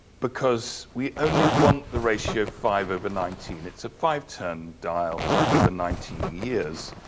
because we only want the ratio five over nineteen. it's a five turn dial over nineteen years.